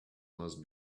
must